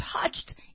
touched